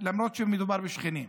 למרות שמדובר בשכנים.